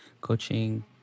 coaching